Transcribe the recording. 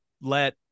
let